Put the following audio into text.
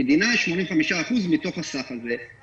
המדינה 85% מתוך הסך הזה.